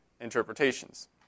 interpretations